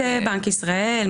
מבחינת בנק ישראל.